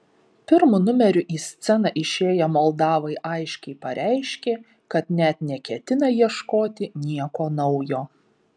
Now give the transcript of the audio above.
pirmu numeriu į sceną išėję moldavai aiškiai pareiškė kad net neketina ieškoti nieko naujo